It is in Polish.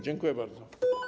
Dziękuję bardzo.